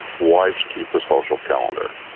wives keep the social calendar.